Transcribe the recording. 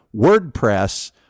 WordPress